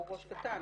הוא ראש קטן,